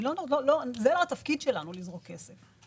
זה לא התפקיד שלנו לזרוק כסף.